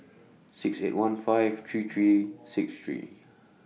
six eight one five three three six three